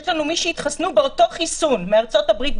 יש לנו מי שהתחסנו באותו חיסון מארצות הברית,